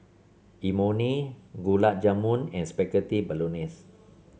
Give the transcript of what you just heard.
Imoni Gulab Jamun and Spaghetti Bolognese